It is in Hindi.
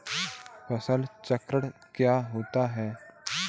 फसल चक्रण क्या होता है?